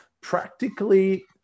Practically